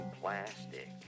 plastic